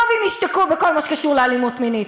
טוב אם ישתקו בכל מה שקשור לאלימות מינית,